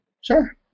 Sure